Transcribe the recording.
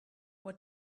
what